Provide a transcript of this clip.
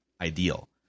ideal